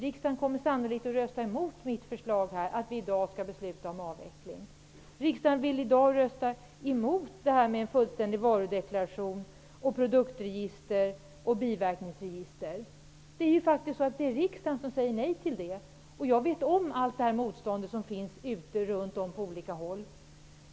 Riksdagen kommer ju sannolikt att rösta mot mitt förslag om att vi skall besluta om avveckling i dag. Riksdagen vill i dag rösta emot en fullständig varudeklaration, produktregister och biverkningsregister. Det är riksdagen som säger nej till detta. Jag vet att det finns motstånd runt om på olika håll.